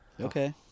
okay